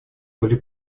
были